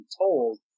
told